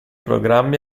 programmi